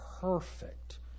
perfect